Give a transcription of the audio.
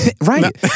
Right